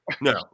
No